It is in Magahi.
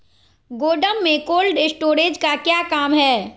गोडम में कोल्ड स्टोरेज का क्या काम है?